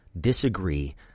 disagree